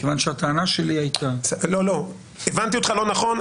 הטענה שלי הייתה --- לא, הנתי אותך לא נכון.